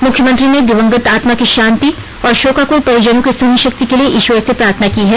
मुख्यमंत्री ने दिवंगत आत्मा की शांति और शोकाकुल परिजनों की सहनशक्ति के लिए ईश्वर से प्रार्थना की है